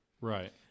Right